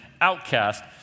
outcast